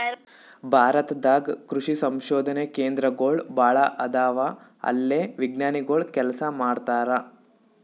ಭಾರತ ದಾಗ್ ಕೃಷಿ ಸಂಶೋಧನೆ ಕೇಂದ್ರಗೋಳ್ ಭಾಳ್ ಅದಾವ ಅಲ್ಲೇ ವಿಜ್ಞಾನಿಗೊಳ್ ಕೆಲಸ ಮಾಡ್ತಾರ್